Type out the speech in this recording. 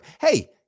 Hey